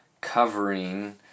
covering